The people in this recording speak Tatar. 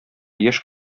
яшь